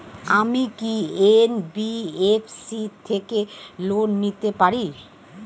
আমি কি এন.বি.এফ.সি থেকে লোন নিতে পারি?